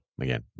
again